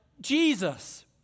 Jesus